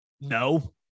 No